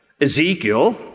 Ezekiel